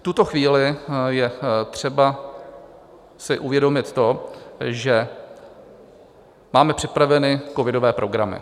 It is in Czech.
V tuto chvíli je třeba si uvědomit to, že máme připraveny covidové programy.